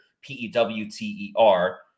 P-E-W-T-E-R